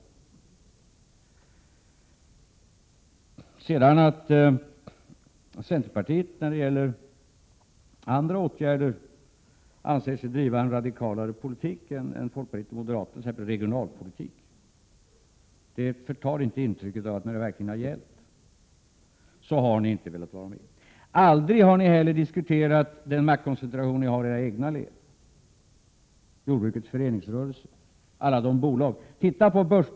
Att sedan centerpartiet då det är fråga om andra åtgärder anser sig driva en radikalare politik än folkpartiet och moderaterna, t.ex. i fråga om regionalpolitiken, förtar inte det intryck man har av att ni, när det verkligen har gällt, inte velat vara med. Aldrig har ni heller diskuterat maktkoncentrationen i era egna led. Jag tänker då på jordbrukets föreningsrörelse och alla bolag i det sammanhanget.